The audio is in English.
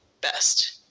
best